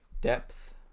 Depth